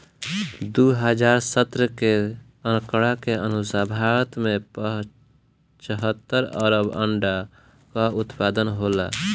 दू हज़ार सत्रह के आंकड़ा के अनुसार भारत में पचहत्तर अरब अंडा कअ उत्पादन होला